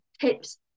tips